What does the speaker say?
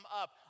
up